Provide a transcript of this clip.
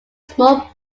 small